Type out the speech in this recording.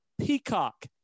Peacock